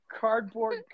cardboard